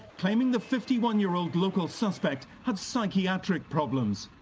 claiming the fifty one year old local suspect had psychiatric problems.